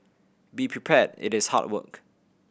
be prepared it is hard work